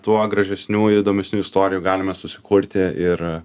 tuo gražesnių įdomesnių istorijų galime susikurti ir